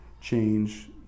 change